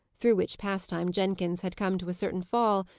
through which pastime jenkins had come to a certain fall,